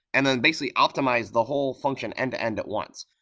and then basically optimize the whole function end to end at once.